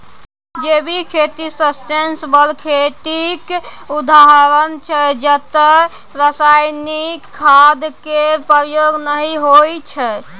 जैविक खेती सस्टेनेबल खेतीक उदाहरण छै जतय रासायनिक खाद केर प्रयोग नहि होइ छै